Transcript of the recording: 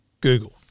Google